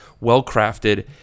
well-crafted